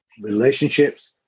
relationships